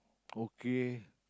okay